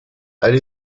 elle